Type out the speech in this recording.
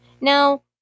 Now